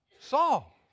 Saul